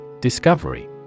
Discovery